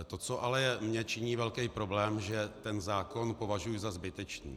To, co ale mně činí velký problém že ten zákon považuji za zbytečný.